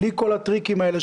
בלי כל הטריקים האלה,